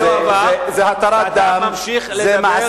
זמנו עבר ואתה ממשיך לדבר.